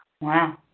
Wow